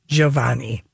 Giovanni